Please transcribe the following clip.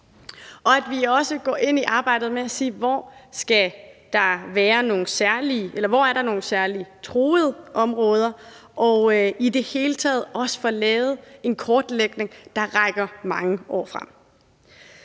at vi også går ind i arbejdet med at spørge til, hvor der er nogle særligt truede områder, og i det hele taget også at få lavet en kortlægning, der rækker mange år frem.